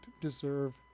deserve